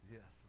Yes